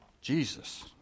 Jesus